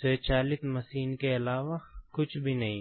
स्वचालित मशीन के अलावा कुछ भी नहीं है